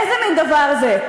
איזה מין דבר זה?